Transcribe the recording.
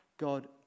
God